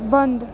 बंद